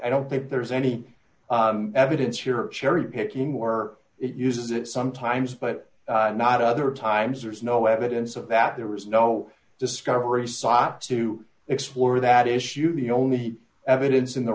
don't think there's any evidence here cherry picking or it uses it sometimes but not other times there's no evidence of that there was no discovery psyops to explore that issue the only evidence in the